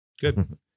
Good